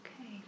Okay